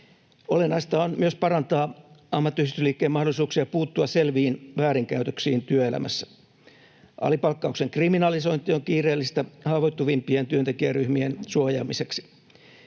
Olennaista on myös parantaa ammattiyhdistysliikkeen mahdollisuuksia puuttua selviin väärinkäytöksiin työelämässä. Alipalkkauksen kriminalisointi on kiireellistä haavoittuvimpien työntekijäryhmien suojaamiseksi.